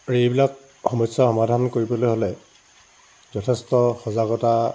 আৰু এইবিলাক সমস্যা সমাধান কৰিবলৈ হ'লে যথেষ্ট সজাগতা